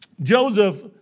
Joseph